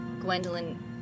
Gwendolyn